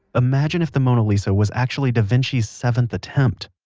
imagine if the mona lisa was actually da vinci's seventh attempt.